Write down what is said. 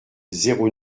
zéro